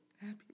happy